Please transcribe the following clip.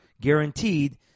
guaranteed